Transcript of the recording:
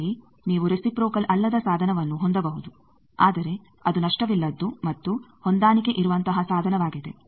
ಅಂತೆಯೇ ನೀವು ರೆಸಿಪ್ರೋಕಲ್ ಅಲ್ಲದ ಸಾಧನವನ್ನು ಹೊಂದಬಹುದು ಆದರೆ ಅದು ನಷ್ಟವಿಲ್ಲದ್ದು ಮತ್ತು ಹೊಂದಾಣಿಕೆಯಿರುವಂತಹ ಸಾಧನವಾಗಿದೆ